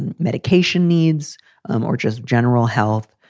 and medication needs um or just general health,